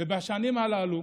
ובשנים הללו